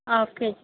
half kg